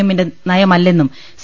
എമ്മിന്റെ നയമല്ലെന്നും സി